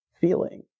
feeling